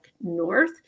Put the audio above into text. North